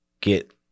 get